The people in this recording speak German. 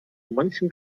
manchem